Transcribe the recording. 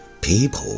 people